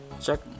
Check